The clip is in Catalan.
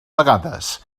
vegades